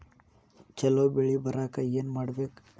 ಛಲೋ ಬೆಳಿ ಬರಾಕ ಏನ್ ಮಾಡ್ಬೇಕ್?